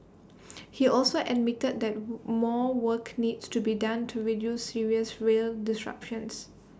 he also admitted that more work needs to be done to reduce serious rail disruptions